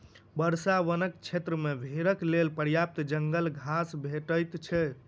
वर्षा वनक क्षेत्र मे भेड़क लेल पर्याप्त जंगल घास भेटैत छै